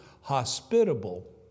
hospitable